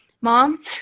Mom